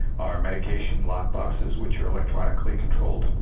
our medication lockboxes which are electronically controlled,